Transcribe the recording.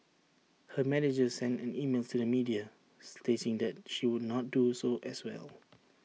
her manager sent an email to the media stating that she would not do so as well